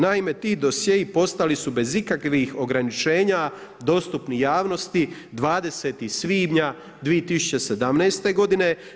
Naime, ti dosjei postali su bez ikakvih ograničenja dostupni javnosti 20. svibnja 2017. godine.